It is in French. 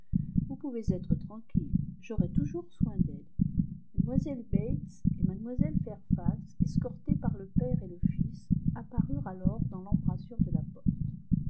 vous pouvez être tranquille j'aurai toujours soin d'elles mlle bates et mlle fairfax escortées par le père et le fils apparurent alors dans l'embrasure de la porte